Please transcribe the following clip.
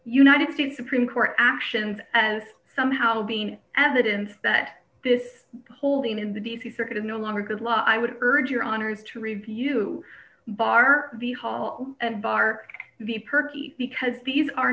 united states supreme court actions as somehow being evidence that this holding in the d c circuit is no longer a good law i would urge your honour's to review bar the hall and bar the perky because these are